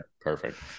Perfect